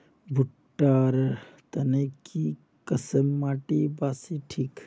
भुट्टा र तने की किसम माटी बासी ठिक?